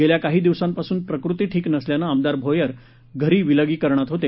गेल्या काही दिवसांपासून प्रकृती ठीक नसल्यानं आमदार भोयर घरी विलगीकरणात होते